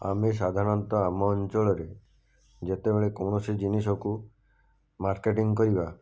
ଆମେ ସାଧାରଣତଃ ଆମ ଅଞ୍ଚଳରେ ଯେତେବେଳେ କୌଣସି ଜିନିଷକୁ ମାର୍କେଟିଂ କରିବା